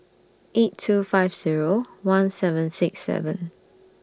eight two five Zero one seven six seven